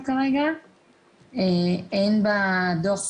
לא יודעים אם בעתיד זה יהיה מנחת או שדה